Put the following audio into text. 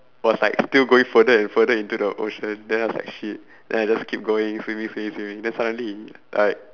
was like still going further and further into the ocean then I was like shit then I just keep going swimming swimming swimming then suddenly he like